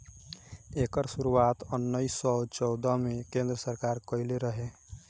एकर शुरुआत उन्नीस सौ चौदह मे केन्द्र सरकार कइले रहे